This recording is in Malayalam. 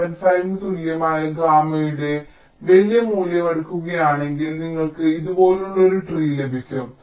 75 ന് തുല്യമായ ഗാമയുടെ വലിയ മൂല്യം എടുക്കുകയാണെങ്കിൽ നിങ്ങൾക്ക് ഇതുപോലുള്ള ഒരു ട്രീ ലഭിക്കും